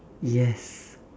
yes